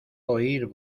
oír